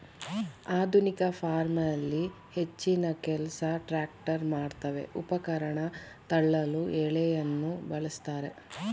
ಆಧುನಿಕ ಫಾರ್ಮಲ್ಲಿ ಹೆಚ್ಚಿನಕೆಲ್ಸ ಟ್ರ್ಯಾಕ್ಟರ್ ಮಾಡ್ತವೆ ಉಪಕರಣ ತಳ್ಳಲು ಎಳೆಯಲು ಬಳುಸ್ತಾರೆ